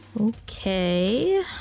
Okay